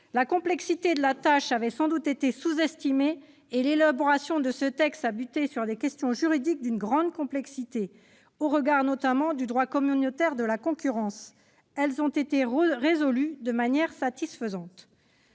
La complexité de la tâche avait sans doute été sous-estimée et l'élaboration de ce texte a buté sur des questions juridiques d'une grande complexité, au regard notamment du droit communautaire de la concurrence. Elles ont été résolues de manière satisfaisante.